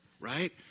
Right